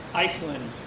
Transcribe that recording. Iceland